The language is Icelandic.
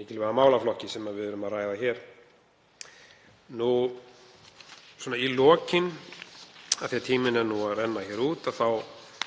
mikilvæga málaflokki sem við ræðum hér. Í lokin, af því að tíminn er nú að renna út,